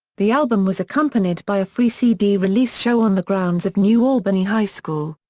the album was accompanied by a free cd release show on the grounds of new albany high school.